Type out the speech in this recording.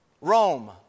Rome